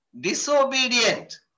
disobedient